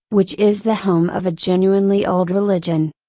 which is the home of a genuinely old religion.